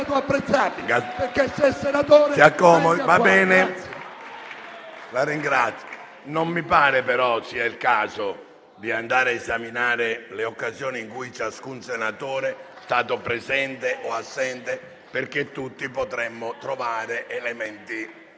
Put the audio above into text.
Non mi pare però sia il caso di andare a esaminare le occasioni in cui ciascun senatore è stato presente o assente, perché tutti potremmo trovare elementi